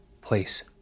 place